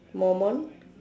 Mormon